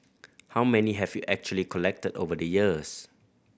how many have you actually collected over the years